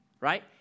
right